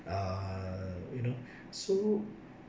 uh you know so